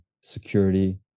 security